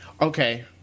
Okay